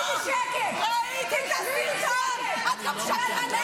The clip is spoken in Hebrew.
בשקט --- ראיתי את הסרטון, ראיתי את הסרטון.